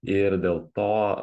ir dėl to